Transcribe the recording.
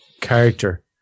character